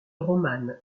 romane